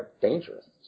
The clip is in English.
dangerous